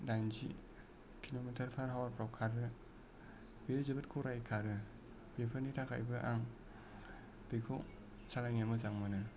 दाइनजि किल'मिटार पार हावार फ्राव खारो बेयो जोबोद खरायै खारो बेफोरनि थाखायबो आं बेखौ सालायनो मोजां मोनो